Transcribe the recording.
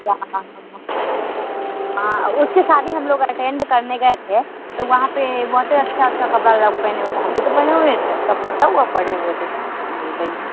क्या हाँ हाँ हाँ उसकी शादी हम लोग अटेंड करने गए थे तो वहाँ पे बहुत ही अच्छे अच्छे कपड़े लोग पहने हुए थे हम भी तो पहने हुए थे हम क्या पहने हुए थे बोल रही हो